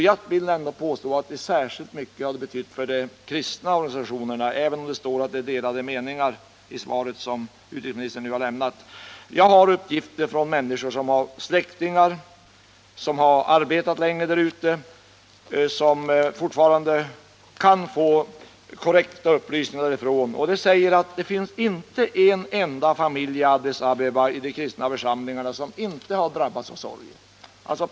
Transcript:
Jag vill påstå att den har betytt särskilt mycket för de kristna organisationerna, även om det i svaret som utrikesministern nu har lämnat står att det råder delade meningar. Jag har uppgifter från människor som har släktingar som har arbetat länge i Etiopien och som fortfarande kan få korrekta upplysningar därifrån. De säger att det inte finns en enda familj i de kristna församlingarna i Addis Abeba som inte har drabbats av sorg.